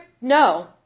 No